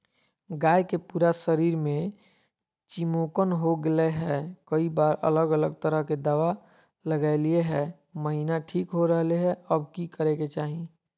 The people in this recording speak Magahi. गाय के पूरा शरीर में चिमोकन हो गेलै है, कई बार अलग अलग तरह के दवा ल्गैलिए है महिना ठीक हो रहले है, अब की करे के चाही?